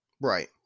Right